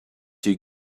you